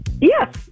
Yes